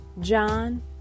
John